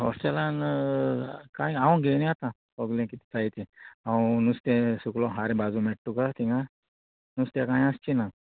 हॉस्टेलान कांय हांव घेयन येता सोगलें कितें जाय तें हांव नुस्तें सगळो हारें बाजू मेयटा तुका थिंगां नुस्तें कांय आसचें ना